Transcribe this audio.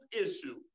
issue